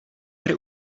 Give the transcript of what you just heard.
hry